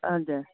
हजुर